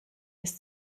bis